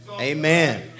Amen